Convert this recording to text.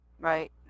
Right